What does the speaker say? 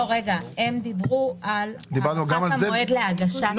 הם דיברו על המועד להגשת עררים.